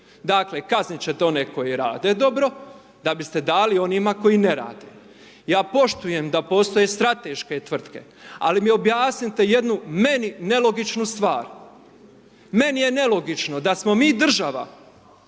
dakle kazniti ćete one koji rade dobro, da biste dali onima koji ne rade. Ja poštujem da postoje strateške tvrtke ali mi objasnite jednu meni nelogičnu stvar. Meni je nelogično da smo mi država